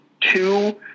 two